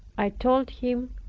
i told him,